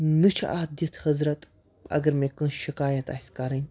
نہ چھِ اَتھ دِتھ حضرت اگر مےٚ کانٛہہ شکایت آسہِ کَرٕنۍ